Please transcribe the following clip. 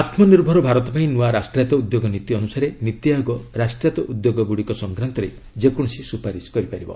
ଆତ୍ମ ନିର୍ଭର ଭାରତ ପାଇଁ ନୂଆ ରାଷ୍ଟ୍ରାୟତ ଉଦ୍ୟୋଗ ନୀତି ଅନୁସାରେ ନୀତିଆୟୋଗ ରାଷ୍ଟ୍ରାୟତ ଉଦ୍ୟୋଗ ଗୁଡ଼ିକ ସଂକ୍ରାନ୍ତରେ ଯେକୌଣସି ସୁପାରିଶ କରିପାରିବ